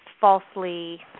falsely